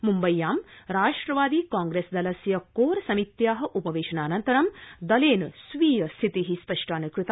मुम्बयां राष्ट्रवादी कांप्रेसदलस्य कोर समित्या उपवेशनान्तरं दलेन स्वीय स्थिति स्पष्टा न कृता